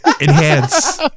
enhance